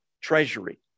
treasury